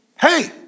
hey